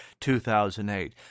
2008